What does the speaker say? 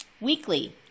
Weekly